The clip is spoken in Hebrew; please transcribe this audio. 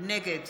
נגד